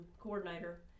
coordinator